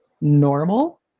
normal